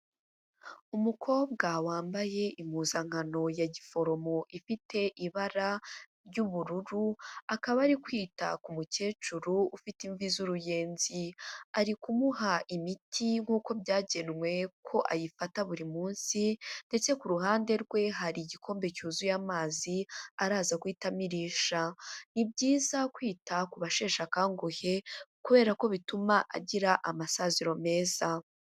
Umukobwa wambaye impuzankano ya giforomo ifite ibara ry'ubururu akaba ari kwita ku mukecuru ufite imvi z'uruyenzi, ari kumuha imiti nk'uko byagenwe ko ayifata buri munsi ndetse ku ruhande rwe hari igikombe cyuzuye amazi araza guhita amirisha. Ni byiza kwita ku basheshe akanguhe kubera ko bituma agira amasaziro meza.